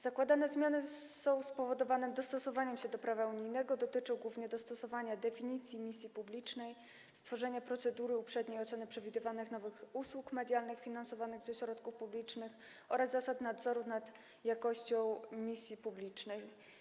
Zakładane zmiany są spowodowane potrzebą dostosowania się do prawa unijnego, a dotyczą głównie dostosowania definicji misji publicznej, stworzenia procedury uprzedniej oceny przewidywanych nowych usług medialnych finansowanych ze środków publicznych oraz zasad nadzoru nad jakością misji publicznej.